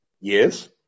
Yes